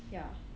ya